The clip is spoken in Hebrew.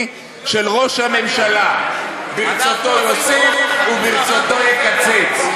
של ראש הממשלה: ברצותו יוסיף וברצותו יקצץ.